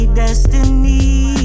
destiny